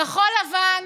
כחול לבן